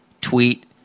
tweet